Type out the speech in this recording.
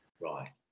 Right